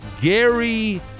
Gary